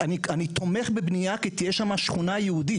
אני תומך בבנייה כי תהיה שם שכונה יהודית,